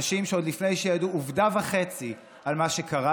אנשים שעוד לפני שידעו עובדה וחצי על מה שקרה,